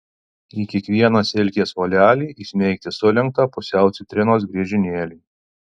į kiekvieną silkės volelį įsmeigti sulenktą pusiau citrinos griežinėlį